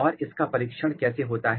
और इसका परीक्षण कैसे होता है